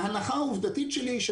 ההנחה העובדתית שלי היא,